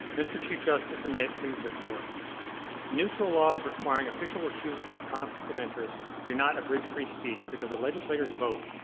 mr. chief justice, and may it please the court neutral laws requiring official recusal for conflict of interest do not abridge free speech because a legislator's vote,